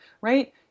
right